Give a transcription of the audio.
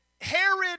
Herod